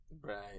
right